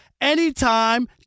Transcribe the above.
anytime